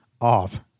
off